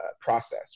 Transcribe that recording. process